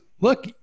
look